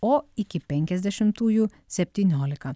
o iki penkiasdešimtųjų septyniolika